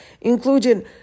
including